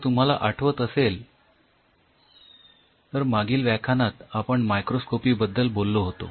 जर तुम्हाला आठवत असेल तर मागील व्याख्यानात आपण मायक्रोस्कोपी बद्दल बोललो होतो